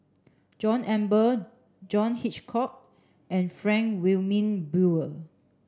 John Eber John Hitchcock and Frank Wilmin Brewer